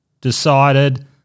decided